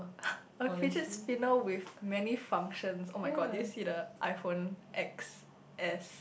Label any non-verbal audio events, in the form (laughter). (breath) a fidget spinner with many functions [oh]-my-god did you see the iPhone X_S